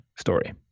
story